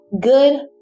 good